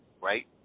right